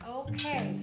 okay